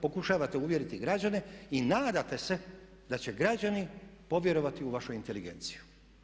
Pokušavate uvjeriti građane i nadate se da će građani povjerovati u vašu inteligenciju.